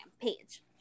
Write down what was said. page